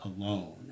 alone